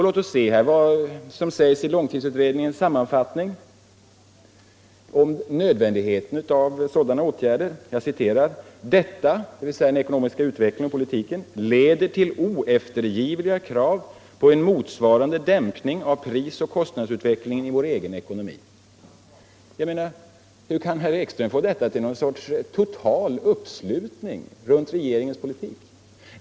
Låt oss se vad som sägs i långtidsutredningens sammanfattning om nödvändigheten av sådana åtgärder: ”Detta” — dvs. den ekonomiska utvecklingen och politiken — ”leder till oeftergivliga krav på en motsvarande dämpning av prisoch kostnadsutvecklingen i vår egen ekonomi.” Hur kan herr Ekström få detta till någon sorts total uppslutning runt regeringens politik?